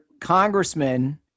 congressman